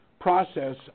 process